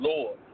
Lord